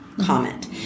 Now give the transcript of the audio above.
comment